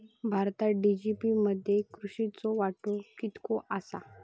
भारतात जी.डी.पी मध्ये कृषीचो वाटो कितको आसा?